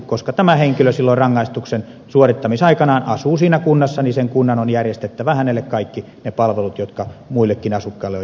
koska tämä henkilö silloin rangaistuksen suorittamisaikanaan asuu siinä kunnassa niin sen kunnan on järjestettävä hänelle kaikki ne palvelut jotka muillekin asukkaille on järjestettävä